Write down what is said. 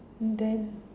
then